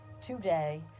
today